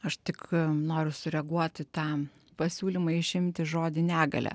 aš tik noriu sureaguoti į tą pasiūlymą išimti žodį negalia